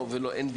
יותר.